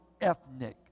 ethnic